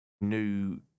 new